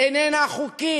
איננה חוקית.